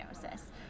diagnosis